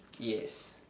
yes